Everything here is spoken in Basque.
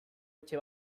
etxe